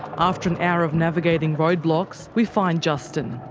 after an hour of navigating road blocks. we find justin.